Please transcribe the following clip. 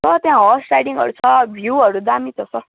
sir त्यहाँ horse राइडिङहरू छ भ्युहरू दामी छ सर